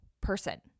person